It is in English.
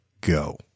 Go